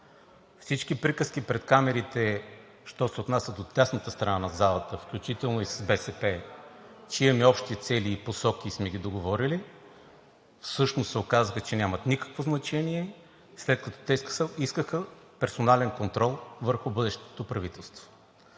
Всички приказки пред камерите, що се отнася до дясната страна на залата, включително и БСП, че имаме общи цели и посоки и сме ги договорили, всъщност се оказа, че нямат никакво значение, след като те искаха персонален контрол върху бъдещото правителство.